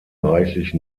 reichlich